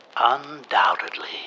Undoubtedly